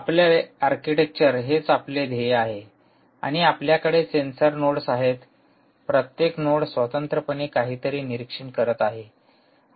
आपले आर्किटेक्चर हेच आपले ध्येय आहे आणि आपल्याकडे सेन्सर नोड्स आहेत प्रत्येक नोड स्वतंत्रपणे काहीतरी निरीक्षण करत आहे